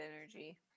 energy